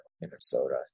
Minnesota